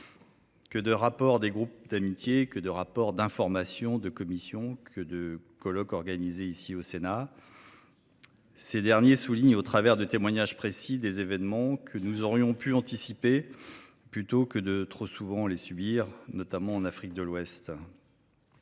Que de travaux des groupes d’amitié, que de rapports d’information émanant des commissions, que de colloques organisés ici, au Sénat ! Tous soulignent, au travers de témoignages précis, des événements que nous aurions pu mieux anticiper, plutôt que, trop souvent, les subir, notamment en Afrique de l’Ouest.